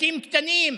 עסקים קטנים,